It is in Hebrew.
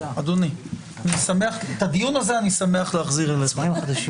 אדוני, את הדיון הזה אני שמח להחזיר אליך.